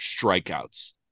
strikeouts